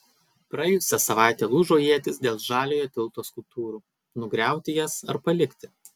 praėjusią savaitę lūžo ietys dėl žaliojo tilto skulptūrų nugriauti jas ar palikti